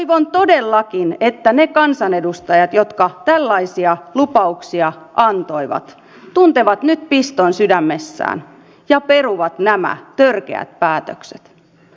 toivon todellakin että ne kansanedustajat jotka tällaisia lupauksia antoivat tuntevat nyt piston sydämessään ja peruvat nämä törkeät päätökset